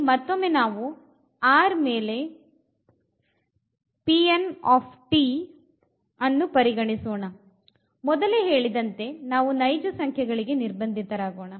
ಇಲ್ಲಿ ಮತ್ತೊಮ್ಮೆ ನಾವು R ಮೇಲೆ ಅನ್ನು ಪರಿಗಣಿಸೋಣ ಮೊದಲೇ ಹೇಳಿದಂತೆ ನಾವು ನೈಜ ಸಂಖ್ಯೆಗಳಿಗೆ ನಿರ್ಬಂಧಿತರಾಗೋಣ